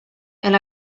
and